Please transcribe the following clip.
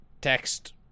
text